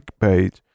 page